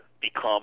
become